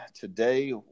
Today